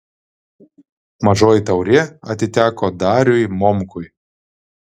mažoji taurė atiteko dariui momkui